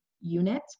unit